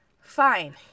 Fine